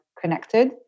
connected